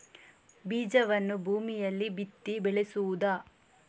ಬೀಜವನ್ನು ಭೂಮಿಯಲ್ಲಿ ಬಿತ್ತಿ ಬೆಳೆಸುವುದಾ?